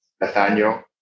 Nathaniel